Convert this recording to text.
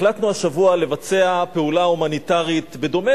החלטנו השבוע לבצע פעולה הומניטרית בדומה